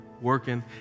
working